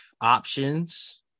options